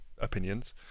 opinions